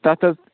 تَتھ حظ